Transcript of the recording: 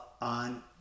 on